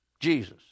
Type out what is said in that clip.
Jesus